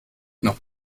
noch